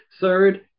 Third